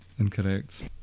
Incorrect